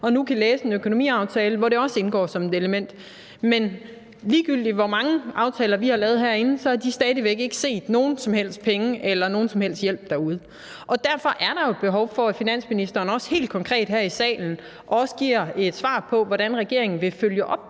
og nu kan læse en økonomiaftale, hvor det også indgår som et element, men ligegyldigt hvor mange aftaler vi har lavet herinde, har de stadig væk ikke set nogen som helst penge eller nogen som helst hjælp derude. Derfor er der jo behov for, at finansministeren også helt konkret her i salen giver et svar på, hvordan regeringen vil følge op